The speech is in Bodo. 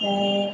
ओमफ्राय